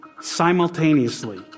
simultaneously